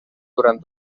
durant